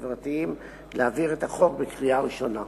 החברתיים להעביר את החוק בקריאה ראשונה.